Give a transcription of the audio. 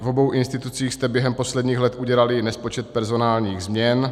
V obou institucích jste během posledních let udělali nespočet personálních změn.